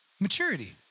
Maturity